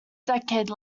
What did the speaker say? decade